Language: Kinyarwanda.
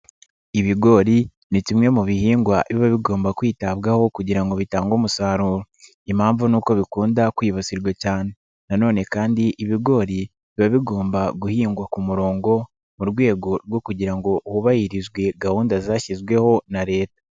Ibigori ni kimwe mu bihingwa biba bigomba kwitabwaho kugira ngo bitange umusaruro, impamvu ni uko bikunda kwibasirwa cyane nanone kandi ibigori biba bigomba guhingwa ku murongo mu rwego rwo kugira ngo hubahirizwe gahunda zashyizweho na Leta.